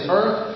earth